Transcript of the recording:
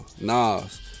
Nas